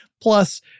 Plus